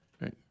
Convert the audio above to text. right